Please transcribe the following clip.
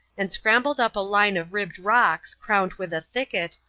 and scrambled up a line of ribbed rocks, crowned with a thicket,